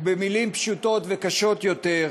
ובמילים פשוטות וקשות יותר: